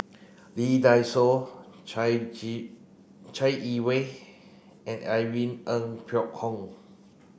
Lee Dai Soh Chai Gi Chai Yee Wei and Irene Ng Phek Hoong